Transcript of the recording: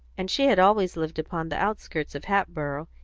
and she had always lived upon the outskirts of hatboro',